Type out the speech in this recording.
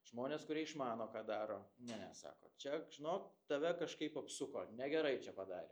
žmonės kurie išmano ką daro ne sako čia žinok tave kažkaip apsuko negerai čia padarė